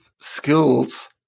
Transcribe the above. skills